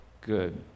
good